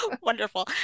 Wonderful